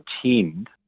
pretend